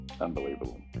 Unbelievable